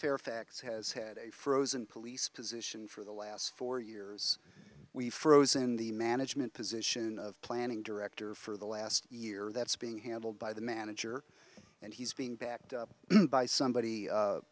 fairfax has had a frozen police position for the last four years we've frozen the management position of planning director for the last year that's being handled by the manager and he's being backed by somebody